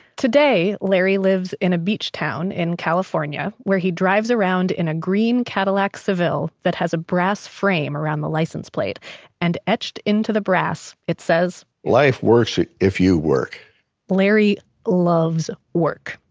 today, larry lives in a beach town in california where he drives around in a green cadillac seville that has a brass frame around the license plate and etched into the brass. it says life works if you work larry loves work.